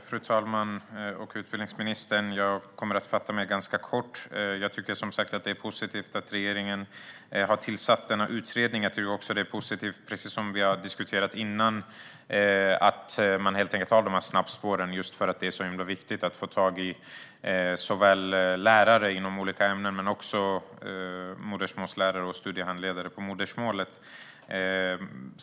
Fru talman! Tack, utbildningsministern! Jag kommer att fatta mig ganska kort. Jag tycker som sagt att det är positivt att regeringen har tillsatt denna utredning. Jag tycker också att det är positivt att man har de här snabbspåren som vi har diskuterat, just för att det är så himla viktigt att få tag i lärare inom olika ämnen men också modersmålslärare och studiehandledare som talar modersmålet.